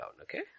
okay